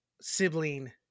sibling